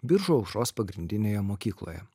biržų aušros pagrindinėje mokykloje